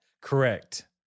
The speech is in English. Correct